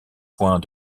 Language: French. point